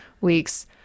weeks